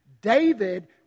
David